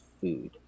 food